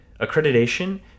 accreditation